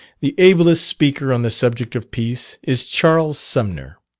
the ablest speaker on the subject of peace, is charles sumner.